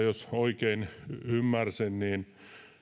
jos oikein ymmärsin niin